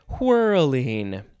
whirling